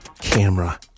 camera